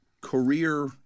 career